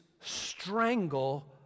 strangle